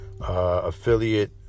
affiliate